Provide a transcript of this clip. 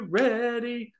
ready